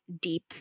deep